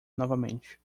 novamente